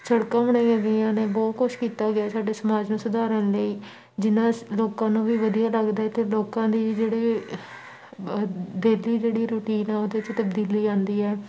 ਸੜਕਾਂ ਬਣਾਈਆਂ ਗਈਆਂ ਨੇ ਬਹੁਤ ਕੁਛ ਕੀਤਾ ਗਿਆ ਸਾਡੇ ਸਮਾਜ ਨੂੰ ਸੁਧਾਰਨ ਲਈ ਜਿਹਨਾਂ ਸ ਲੋਕਾਂ ਨੂੰ ਵੀ ਵਧੀਆ ਲੱਗਦਾ ਅਤੇ ਲੋਕਾਂ ਦੀ ਜਿਹੜੀ ਡੇਲੀ ਜਿਹੜੀ ਰੂਟੀਨ ਆ ਉਹਦੇ 'ਚ ਤਬਦੀਲੀ ਆਉਂਦੀ ਹੈ